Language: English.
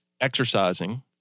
exercising